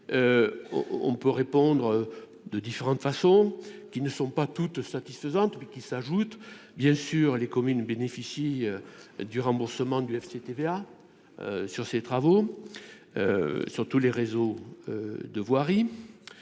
on peut répondre de différentes façons, qui ne sont pas toutes satisfaisantes, mais qui s'ajoutent bien sûr les communes bénéficient du remboursement du FCTVA sur ses travaux sur tous les réseaux de voirie,